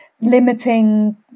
limiting